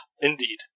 Indeed